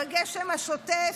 בגשם השוטף,